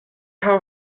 how